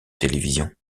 télévision